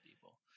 people